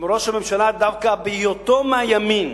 ראש הממשלה, דווקא בהיותו מהימין,